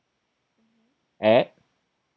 at